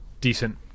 decent